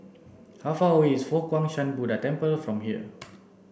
how far away is Fo Guang Shan Buddha Temple from here